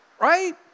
Right